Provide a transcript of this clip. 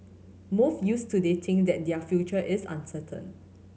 moth youths today think that their future is uncertain